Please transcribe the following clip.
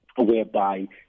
Whereby